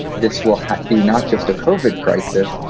this will be not just a cauvin crisis,